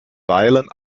dylan